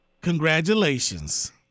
congratulations